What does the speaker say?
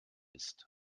ist